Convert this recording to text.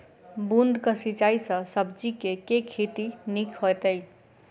बूंद कऽ सिंचाई सँ सब्जी केँ के खेती नीक हेतइ?